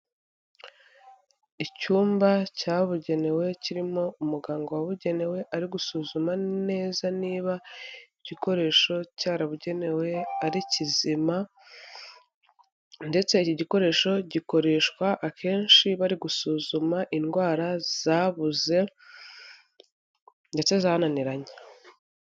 Icyumba cyabugenewe kirimo umuganga wabugenewe ari gusuzuma neza niba igikoresho cyarabugenewe ari kizima ndetse iki gikoresho gikoreshwa akenshi bari gusuzuma indwara zabuze ndetse zananiranye.